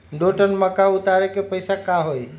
दो टन मक्का उतारे के पैसा का होई?